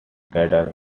cattle